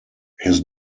his